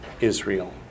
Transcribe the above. Israel